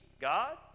God